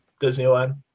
Disneyland